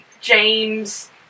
James